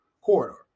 corridor